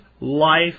life